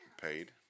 paid